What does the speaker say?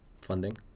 funding